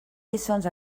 lliçons